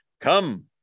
come